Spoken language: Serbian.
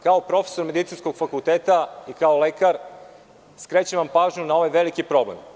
Kao profesor medicinskog fakulteta, i kao lekar, skrećem vam pažnju na ovaj veliki problem.